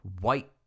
white